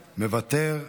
מוותר,